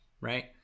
Right